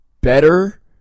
better